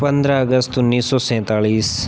पंद्रह अगस्त उन्नीस सौ सैंतालीस